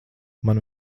man